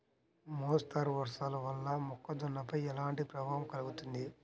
మోస్తరు వర్షాలు వల్ల మొక్కజొన్నపై ఎలాంటి ప్రభావం కలుగుతుంది?